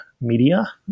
media